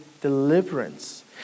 deliverance